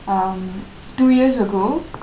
um two years ago